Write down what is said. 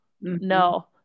no